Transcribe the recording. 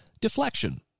Deflection